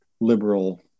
liberal